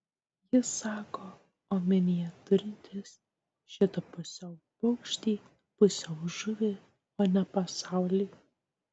jis sako omenyje turintis šitą pusiau paukštį pusiau žuvį o ne pasaulį